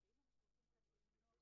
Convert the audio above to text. נושא האתתים ירד.